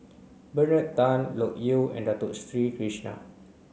Bernard Tan Loke Yew and Dato Sri Krishna